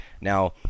Now